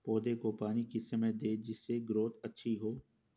पौधे को पानी किस समय दें जिससे ग्रोथ अच्छी हो?